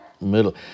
middle